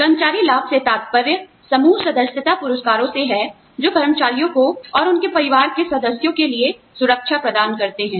कर्मचारी लाभ से तात्पर्य समूह सदस्यता पुरस्कारों से है जो कर्मचारियों और उनके परिवार के सदस्यों के लिए सुरक्षा प्रदान करते हैं